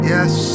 Yes